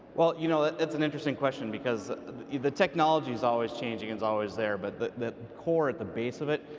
well, you know, that's an interesting question, because the the technology is always changing and is always there, but the the core at the base of it,